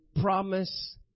promise